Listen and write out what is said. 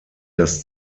das